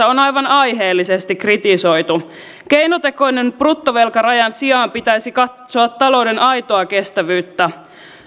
on aivan aiheellisesti kritisoitu keinotekoisen bruttovelkarajan sijaan pitäisi katsoa talouden aitoa kestävyyttä